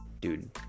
Dude